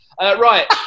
Right